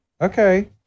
Okay